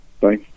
bye